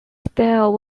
style